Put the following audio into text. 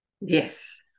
Yes